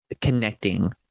connecting